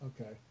Okay